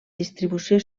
distribució